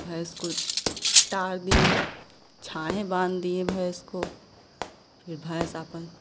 भैंस को टार दिए छाहे बाँध दिए भैंस को फिर भैंस आपन